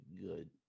good